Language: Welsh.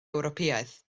ewropeaidd